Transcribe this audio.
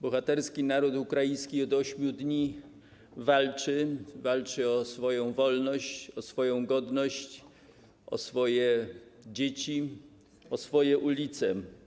Bohaterski naród ukraiński od 8 dni walczy - walczy o swoją wolność, o swoją godność, o swoje dzieci, o swoje ulice.